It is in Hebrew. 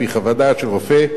על-פי חוות דעת של רופא,